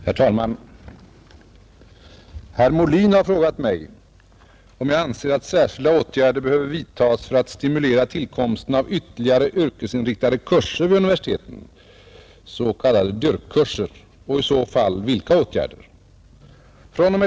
Herr talman! Herr Molin har frågat mig om jag anser att särskilda åtgärder behöver vidtas för att stimulera tillkomsten av ytterligare yrkesinriktade kurser vid universiteten och i så fall vilka åtgärder.